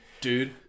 Dude